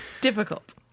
Difficult